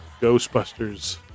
Ghostbusters